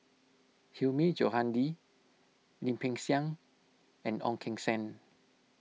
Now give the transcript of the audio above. Hilmi Johandi Lim Peng Siang and Ong Keng Sen